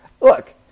look